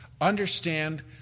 understand